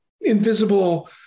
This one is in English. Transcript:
invisible